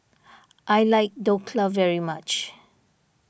I like Dhokla very much